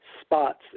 spots